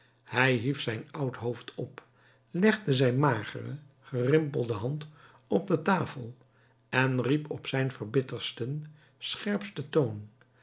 hij hief zijn oud hoofd op legde zijn magere gerimpelde hand op de tafel en riep op zijn verbitterdsten scherpsten toon